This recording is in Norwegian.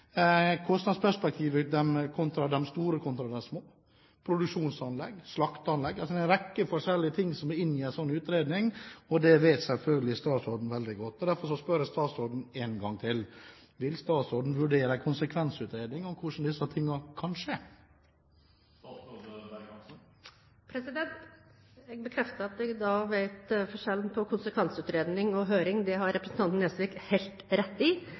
kostnadsperspektivet for de store kontra de små, produksjonsanlegg og slakteanlegg. Det er altså en rekke forskjellige ting som er med i en slik utredning, og det vet selvfølgelig statsråden veldig godt. Derfor spør jeg statsråden én gang til: Vil statsråden vurdere en konsekvensutredning av hvordan disse tingene kan skje? Jeg bekrefter at jeg vet forskjellen på konsekvensutredning og høring – det har representanten Nesvik helt rett i.